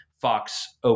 Fox